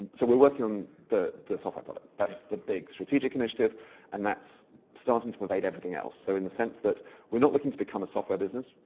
so we're working on the the software product. that's the big strategic initiative and that's starting to pervade everything else. so in the sense that we're not looking to become a software business,